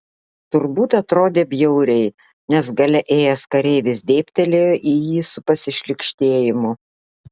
turbūt atrodė bjauriai nes gale ėjęs kareivis dėbtelėjo į jį su pasišlykštėjimu